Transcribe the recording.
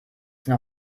sind